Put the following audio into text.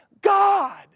God